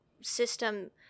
system